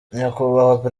nyakubahwa